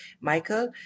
Michael